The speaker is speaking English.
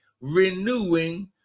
renewing